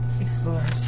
Explorers